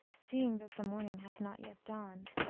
seeing that the morning hath not yet dawned?